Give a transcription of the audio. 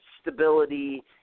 stability